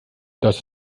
das